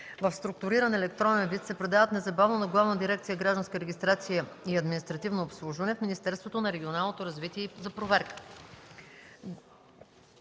в структуриран електронен вид се предават незабавно на Главна дирекция „Гражданска регистрация и административно обслужване” в Министерството на регионалното развитие за проверка.